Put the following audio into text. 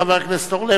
חבר הכנסת אורלב,